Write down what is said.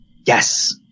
Yes